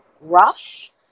rush